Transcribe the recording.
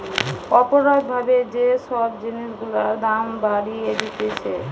অপরাধ ভাবে যে সব জিনিস গুলার দাম বাড়িয়ে দিতেছে